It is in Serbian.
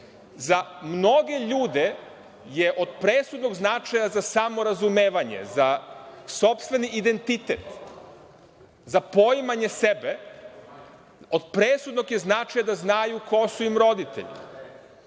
za mnoge ljude je od presudnog značaja za samo razumevanje, za sopstveni identitet, za poimanje sebe od presudnog značaja da znaju ko su im roditelji.